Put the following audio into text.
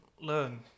learn